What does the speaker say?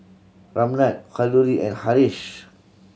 Ramnath Kalluri and Haresh